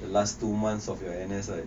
the last two months of your N_S right